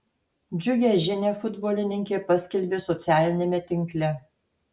džiugią žinią futbolininkė paskelbė socialiniame tinkle